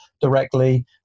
directly